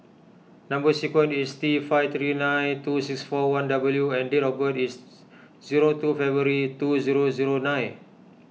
Number Sequence is T five three nine two six four one W and date of birth is zero two February two zero zero nine